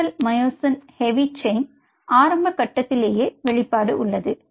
beetle myosin heavy chain ஆரம்ப கட்டத்திலேயே வெளிப்பாடு உள்ளது